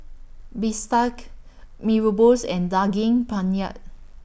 Bistake Mee Rebus and Daging Penyet